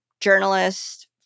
journalist